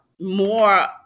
more